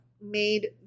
made